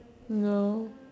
no